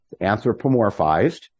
anthropomorphized